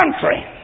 country